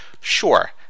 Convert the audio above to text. Sure